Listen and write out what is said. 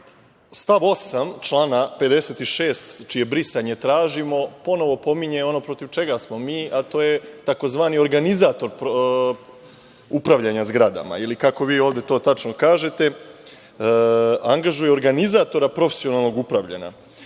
stav 8. člana 56. čije brisanje tražimo ponovo pominje ono protiv čega smo mi, a to je tzv. organizator upravljanja zgradama ili kako vi ovde to tačno kažete – angažuju organizatora profesionalnog upravljanja.